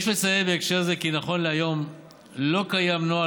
יש לציין בהקשר זה כי נכון להיום לא קיימים נוהל